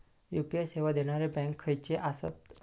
UPI सेवा देणारे bank खयचे आसत?